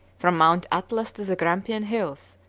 from mount atlas to the grampian hills,